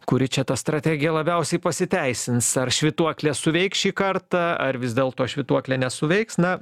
kuri čia ta strategija labiausiai pasiteisins ar švytuoklė suveiks šį kartą ar vis dėlto švytuoklė nesuveiks na